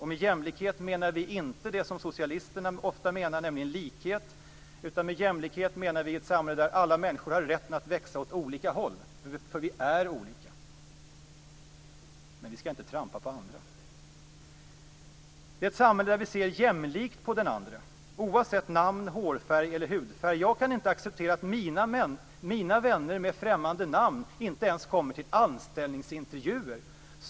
Med jämlikhet menar vi inte det som socialisterna ofta menar, nämligen likhet. Med jämlikhet menar vi ett samhälle där alla människor har rätten att växa åt olika håll, för vi är olika. Men vi skall inte trampa på andra. Vi vill ha ett samhälle där vi ser jämlikt på den andre, oavsett namn, hårfärg eller hudfärg. Jag kan inte acceptera att mina vänner med främmande namn inte ens får komma på anställningsintervjuer.